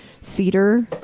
Cedar